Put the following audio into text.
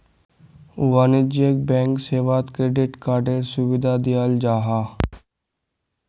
वाणिज्यिक बैंक सेवात क्रेडिट कार्डएर सुविधा दियाल जाहा